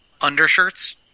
undershirts